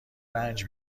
رنج